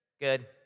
Good